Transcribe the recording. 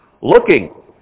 Looking